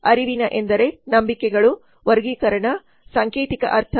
ಅರಿವಿನ ಎಂದರೆ ನಂಬಿಕೆಗಳು ವರ್ಗೀಕರಣ ಸಾಂಕೇತಿಕ ಅರ್ಥ